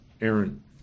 Aaron